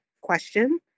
question